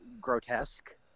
grotesque